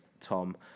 Tom